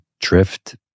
drift